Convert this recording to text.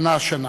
שנה-שנה.